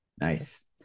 Nice